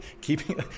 keeping